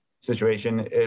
situation